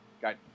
got